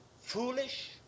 foolish